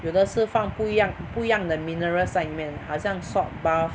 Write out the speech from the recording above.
有的是放不一样不一样的 minerals 在里面好像 salt bath